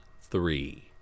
three